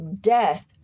death